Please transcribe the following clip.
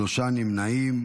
שלושה נמנעים.